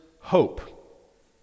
hope